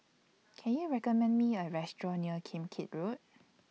Can YOU recommend Me A Restaurant near Kim Keat Road